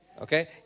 Okay